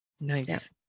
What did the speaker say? Nice